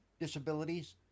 disabilities